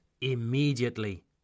immediately